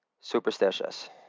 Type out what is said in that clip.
superstitious